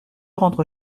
rentre